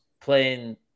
playing